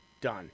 done